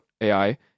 AI